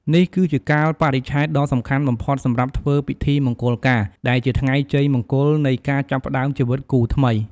នេះគឺជាកាលបរិច្ឆេទដ៏សំខាន់បំផុតសម្រាប់ធ្វើពិធីមង្គលការ ដែលជាថ្ងៃជ័យមង្គលនៃការចាប់ផ្តើមជីវិតគូថ្មី។